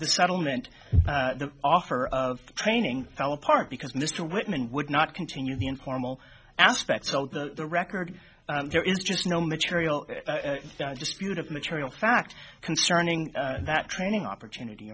the settlement the offer of training fell apart because mr whitman would not continue the informal aspects of the record there is just no material dispute of material fact concerning that training opportunity